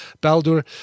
Baldur